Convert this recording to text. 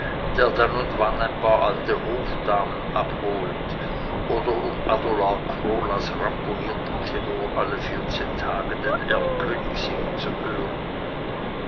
dann und wann ein paar alte hofdamen abholt oder um adolar krolas ramponierten tenor alle vierzehn tage den erlkönig singen zu hören